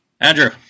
Andrew